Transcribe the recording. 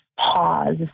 Pause